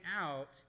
out